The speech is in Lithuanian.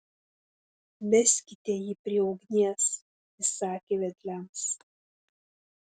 veskite jį prie ugnies įsakė vedliams